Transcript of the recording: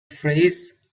phrase